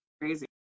crazy